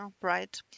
right